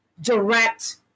direct